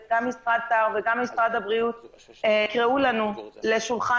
גם משרד האוצר וגם משרד הבריאות יקראו לנו לשולחן